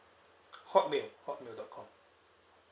hotmail hotmail dot com